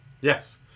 Yes